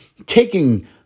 Taking